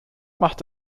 machte